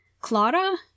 Clara